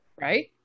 Right